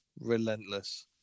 relentless